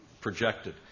projected